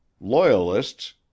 Loyalists